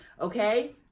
okay